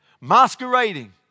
masquerading